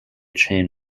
chain